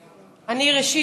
ראשית,